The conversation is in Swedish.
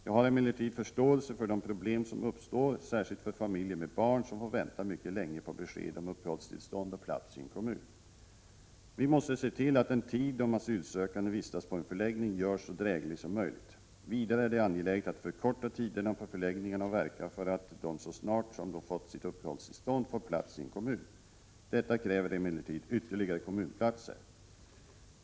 Jag har emellertid förståelse för de problem som uppstår särskilt för familjer med barn, som får vänta mycket länge på besked om uppehållstillstånd och plats i en kommun. Vi måste se till att den tid då asylsökande vistas på en förläggning görs så dräglig som möjligt. Vidare är det angeläget att förkorta tiderna på förläggningarna och verka för att de så snart som de fått sitt uppehållstillstånd får plats i en kommun. Detta kräver emellertid ytterligare kommunplatser.